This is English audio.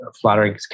flattering